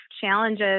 challenges